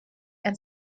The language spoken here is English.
and